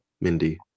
Mindy